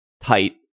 tight